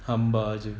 hampa jer